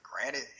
granted